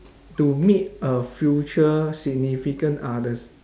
to meet a future significant others